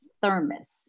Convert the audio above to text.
thermos